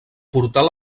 portal